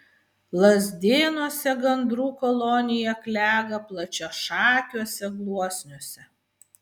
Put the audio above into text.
lazdėnuose gandrų kolonija klega plačiašakiuose gluosniuose